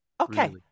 Okay